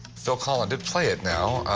phil collin did play it now.